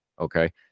Okay